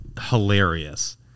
hilarious